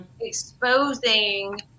exposing